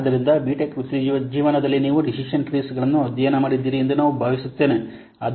ಆದ್ದರಿಂದ B tech ವೃತ್ತಿಜೀವನದಲ್ಲಿ ನೀವು ಡಿಸಿಷನ್ ಟ್ರೀಸ್ಗಳನ್ನು ಅಧ್ಯಯನ ಮಾಡಿದ್ದೀರಿ ಎಂದು ನಾನು ಭಾವಿಸುತ್ತೇನೆ